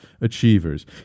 achievers